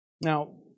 Now